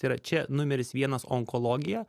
tai yra čia numeris vienas onkologija